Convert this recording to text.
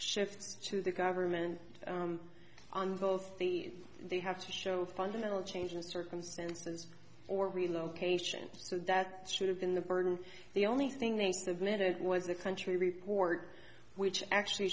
shifts to the government on both the they have to show fundamental change in circumstances or relocation so that should have been the burden the only thing they submitted was a country report which actually